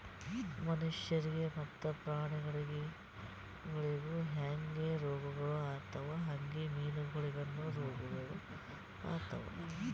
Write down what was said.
ಮನುಷ್ಯರಿಗ್ ಮತ್ತ ಪ್ರಾಣಿಗೊಳಿಗ್ ಹ್ಯಾಂಗ್ ರೋಗಗೊಳ್ ಆತವ್ ಹಂಗೆ ಮೀನುಗೊಳಿಗನು ರೋಗಗೊಳ್ ಆತವ್